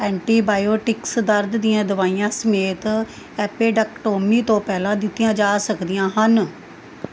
antibiotics ਦਰਦ ਦੀਆਂ ਦਵਾਈਆਂ ਸਮੇਤ ਐਪੇਡਕਟੌਮੀ ਤੋਂ ਪਹਿਲਾਂ ਦਿੱਤੀਆਂ ਜਾ ਸਕਦੀਆਂ ਹਨ